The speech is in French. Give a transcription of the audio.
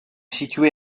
situé